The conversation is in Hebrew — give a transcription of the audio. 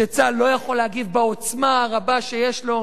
שצה"ל לא יכול להגיב בעוצמה הרבה שיש לו.